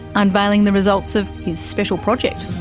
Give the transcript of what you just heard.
unveiling the results of his special project.